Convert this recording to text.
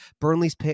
burnley's